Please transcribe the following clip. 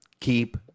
Keep